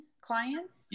clients